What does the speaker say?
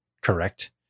correct